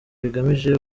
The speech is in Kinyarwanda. bigamije